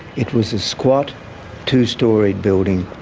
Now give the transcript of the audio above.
it was a squat two-storey building,